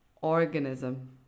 organism